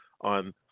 on